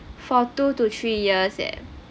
for two to three years eh